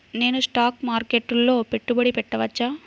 నేను స్టాక్ మార్కెట్లో పెట్టుబడి పెట్టవచ్చా?